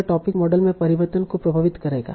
यह topic model में परिवर्तन को प्रभावित करेगा